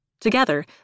Together